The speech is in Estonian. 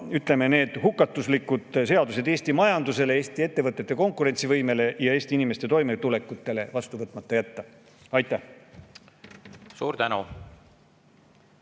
ja need hukatuslikud seadused Eesti majandusele, Eesti ettevõtete konkurentsivõimele ja Eesti inimeste toimetulekule vastu võtmata jätta. Aitäh!